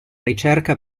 ricerca